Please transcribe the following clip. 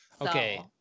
Okay